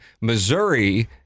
Missouri